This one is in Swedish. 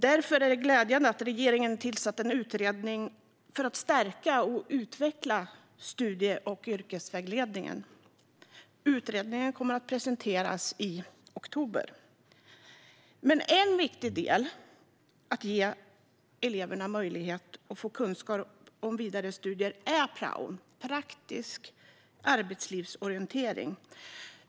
Därför är det glädjande att regeringen har tillsatt en utredning för att stärka och utveckla studie och yrkesvägledningen. Utredningen kommer att presenteras i oktober. En viktig del för att ge eleverna möjlighet att få kunskap om vidare studier är prao - praktisk arbetslivsorientering.